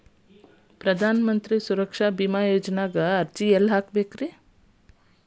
ಪ್ರಧಾನ ಮಂತ್ರಿ ಸುರಕ್ಷಾ ಭೇಮಾ ಯೋಜನೆ ಅರ್ಜಿ ಎಲ್ಲಿ ಹಾಕಬೇಕ್ರಿ?